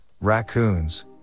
raccoons